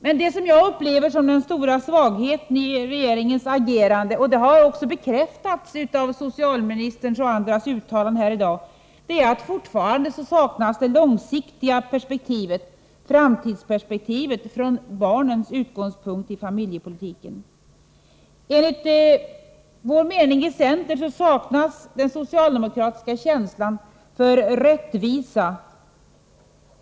Men det som jag upplever som den stora svagheten i regeringens agerande —- vilket också har bekräftats av socialministerns och andras uttalanden i dag — är att det långsiktiga perspektivet från barnens utgångspunkt, framtidsperspektivet, fortfarande saknas i familjepolitiken. Enligt centerns mening saknas den socialdemokratiska känslan för rättvisa.